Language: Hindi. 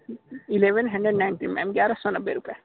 इलेवन हंडरेड नाइन्टी मैम ग्यारह सौ नब्बे रुपये